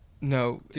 No